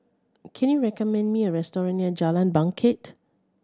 can you recommend me a restaurant near Jalan Bangket